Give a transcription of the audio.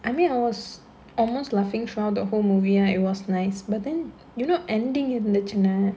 I mean I was almost laughing throughout the whole movie and it was nice but then you know ending இருந்துச்சுனு:irunthuchunu